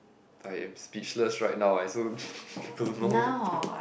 I am speechless right now I also don't know